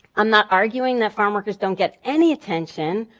i'm not arguing that farmworkers don't get any attention,